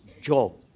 Job